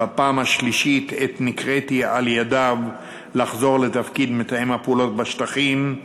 ובפעם השלישית עת נקראתי על-ידו לחזור לתפקיד מתאם הפעולות בשטחים,